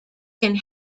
can